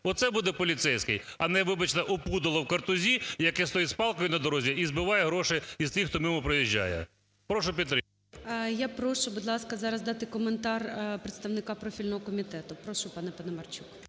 Оце буде поліцейський, а не, вибачте, "опудало у картузі", яке стоїть з палкою на дорозі і збиває гроші з тих, хто мимо проїжджає. Прошу підтримати. ГОЛОВУЮЧИЙ. Я прошу, будь ласка, зараз дати коментар представника профільного комітету. Прошу, пане Паламарчук.